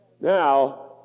Now